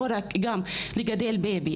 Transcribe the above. לא רק לגדל תינוק.